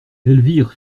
elvire